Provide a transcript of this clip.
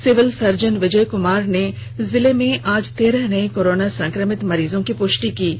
civil surgeon Vijay Kumar ने जिले में आज तेरह नये कोरोना संक्रमित मरीजों की प्रष्टि की है